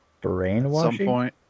brainwashing